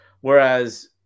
Whereas